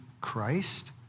Christ